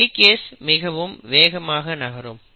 helicase மிகவும் வேகமாக நகரும்